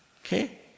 okay